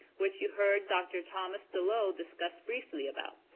which you heard dr. thomas deloe discuss briefly about.